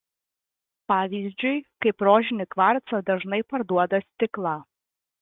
pavyzdžiui kaip rožinį kvarcą dažnai parduoda stiklą